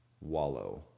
wallow